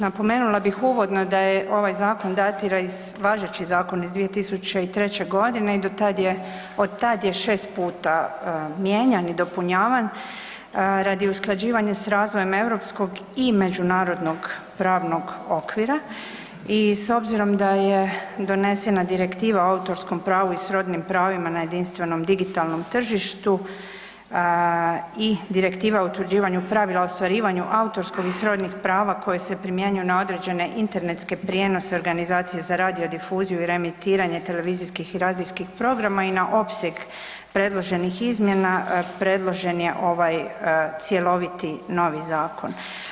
Napomenula bih uvodno da ovaj zakon datira iz, važeći zakon iz 2003.g. i od tad je 6 puta mijenjan i dopunjavan radi usklađivanja s razvojem europskog i međunarodnog pravnog okvira i s obzirom da je donesena Direktiva o autorskom pravu i srodnim pravima na jedinstvenom digitalnom tržištu i Direktiva o utvrđivanju pravila o ostvarivanju autorskog i srodnih prava koje se primjenjuju na određene internetske prijenose organizacije za radio difuziju i reemitiranje televizijskih i radijskih programa i na opseg predloženih izmjena predložen je ovaj cjeloviti novi zakon.